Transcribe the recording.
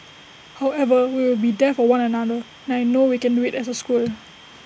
however we will be there for one another and I know we can do IT as A school